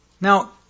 Now